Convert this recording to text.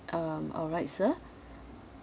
um alright sir